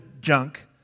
junk